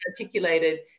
articulated